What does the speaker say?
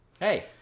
Hey